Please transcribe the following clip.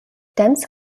dense